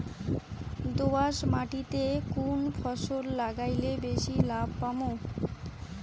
দোয়াস মাটিতে কুন ফসল লাগাইলে বেশি লাভ পামু?